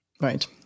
Right